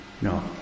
No